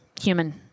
human